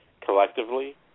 collectively